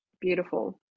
beautiful